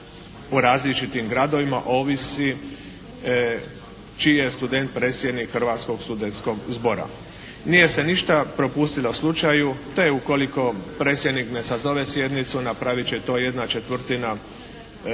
po različitim gradovima ovisi čiji je student predsjednik Hrvatskog studenskog zbora. Nije se ništa prepustilo slučaju. Te ukoliko predsjednik ne sazove sjednicu napravit će to 1/4 studenskog zbora